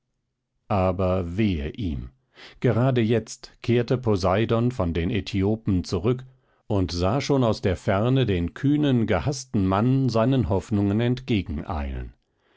aber wehe ihm gerade jetzt kehrte poseidon von den äthiopen zurück und sah schon aus der ferne mitten auf dem meere den kühnen gehaßten mann seinen hoffnungen